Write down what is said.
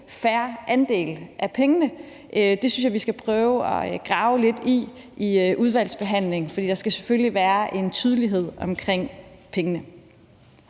fair andel af pengene. Det synes jeg vi skal prøve at grave lidt i under udvalgsbehandlingen, for der skal selvfølgelig være tydelighed omkring pengene.